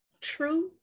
true